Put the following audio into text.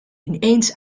ineens